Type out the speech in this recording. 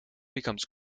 becomes